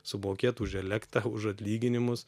sumokėt už elektrą už atlyginimus